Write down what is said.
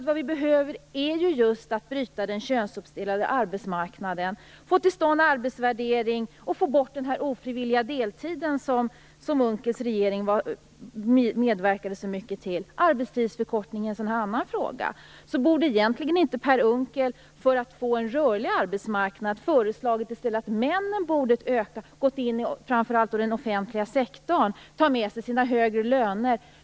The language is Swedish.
Vad vi behöver är just att bryta den könsuppdelade arbetsmarknaden, få till stånd arbetsvärdering och få bort den ofrivilliga deltid som Unckels regering medverkade så mycket till. Arbetstidsförkortning är en annan fråga. Borde egentligen inte Per Unckel för att få en rörlig arbetsmarknad i stället föreslagit att antalet män borde öka, framför allt i den offentliga sektorn, och de tar med sig sina högre löner?